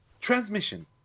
transmission